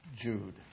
Jude